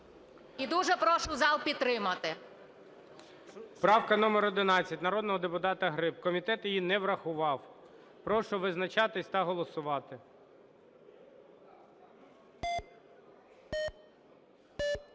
і дуже прошу зал підтримати. ГОЛОВУЮЧИЙ. Правка номер 11 народного депутата Гриб. Комітет її не врахував. Прошу визначатися та голосувати.